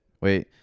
Wait